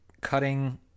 cutting